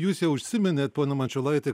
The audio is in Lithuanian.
jūs jau užsiminėt pone mačiulaiti